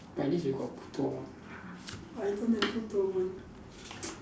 at least you got two hour I don't have two two hour